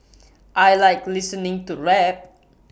I Like listening to rap